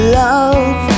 love